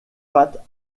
pattes